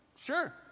Sure